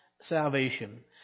salvation